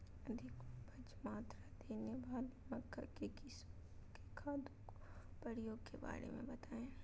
अधिक उपज मात्रा देने वाली मक्का की किस्मों में खादों के प्रयोग के बारे में बताएं?